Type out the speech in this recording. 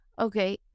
okay